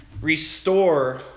Restore